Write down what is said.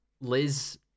Liz